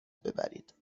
ببرید